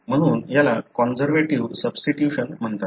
म्हणून याला conservative substitution म्हणतात